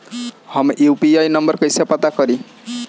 हम UPI number कइसे पता करी?